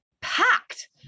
packed